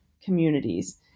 communities